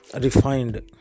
refined